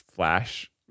Flash